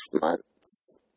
months